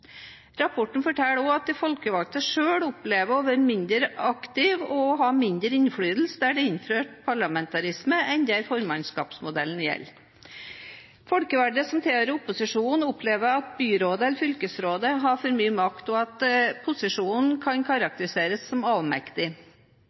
Rapporten forteller også at de folkevalgte selv opplever å være mindre aktive og ha mindre innflytelse der det er innført parlamentarisme, enn der formannskapsmodellen gjelder. Folkevalgte som tilhører opposisjonen, opplever at byrådet eller fylkesrådet har for mye makt, og at opposisjonen kan karakteriseres som avmektig.